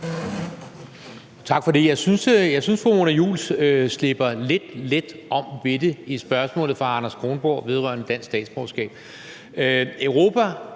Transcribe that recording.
Tak for det. Jeg synes, fru Mona Juul slipper lidt let om ved det i svaret på spørgsmålet fra Anders Kronborg vedrørende dansk statsborgerskab.